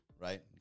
right